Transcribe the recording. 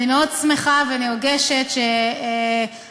אני מאוד שמחה ונרגשת שאתם,